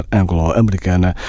anglo-americana